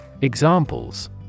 Examples